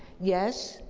yes,